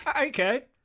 Okay